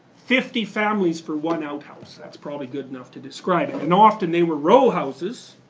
fifty families for one outhouse. that's probably good enough to describe it. and often they were row houses,